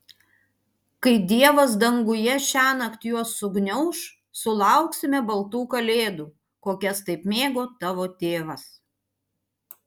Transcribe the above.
kai dievas danguje šiąnakt juos sugniauš sulauksime baltų kalėdų kokias taip mėgo tavo tėvas